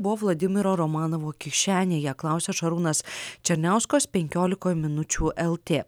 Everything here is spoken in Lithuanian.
buvo vladimiro romanovo kišenėje klausė šarūnas černiauskas penkiolikoj minučių el tė